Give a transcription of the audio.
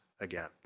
again